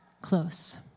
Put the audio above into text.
close